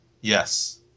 Yes